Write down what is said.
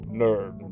nerd